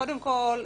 קודם כל,